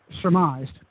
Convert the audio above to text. surmised